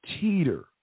teeter